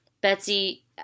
Betsy